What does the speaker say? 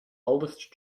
oldest